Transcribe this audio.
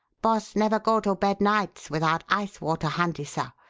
boss never go to bed nights without ice-water handy, sir.